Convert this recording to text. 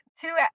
two